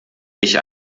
ich